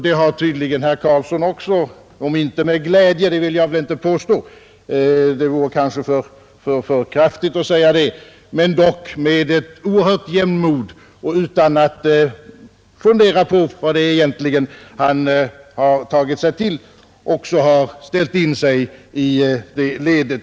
Det har tydligen herr Carlsson också gjort om inte med glädje — det vill jag inte påstå, det vore kanske för kraftigt att säga det — så dock med stort jämnmod och utan att fundera på vad han egentligen har tagit sig för.